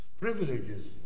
Privileges